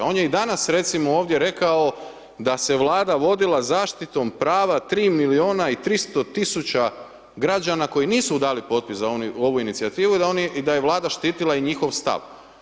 On je i danas recimo ovdje rekao da se Vlada vodila zaštitom prava 3 milijuna i 300 tisuća građana koji nisu dali potpis za ovu inicijativu i da je Vlada štitila i njihov stav.